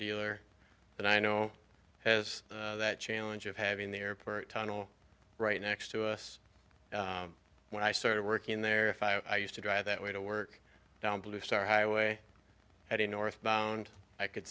dealer that i know has that challenge of having the airport tunnel right next to us when i started working there i used to drive that way to work down bluestar highway heading northbound i could